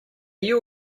you